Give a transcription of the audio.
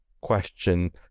question